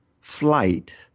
flight